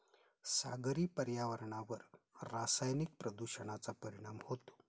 सागरी पर्यावरणावर रासायनिक प्रदूषणाचा परिणाम होतो